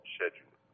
Schedule